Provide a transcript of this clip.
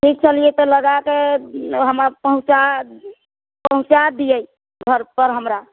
ठीक छलियै तऽ लगाए कऽ हमरा पहुँचा पहुँचा दियै घर